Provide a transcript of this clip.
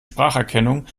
spracherkennung